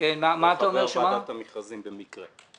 חבר ועדת מכרזים במקרה.